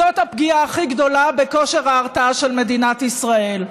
הוא הפגיעה הכי גדולה בכושר ההרתעה של מדינת ישראל.